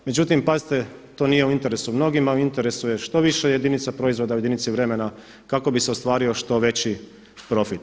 Međutim, pazite, to nije u interesu mnogima, u interesu je što više jedinica proizvoda u jedinici vremena kako bi se ostvario što veći profit.